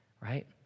right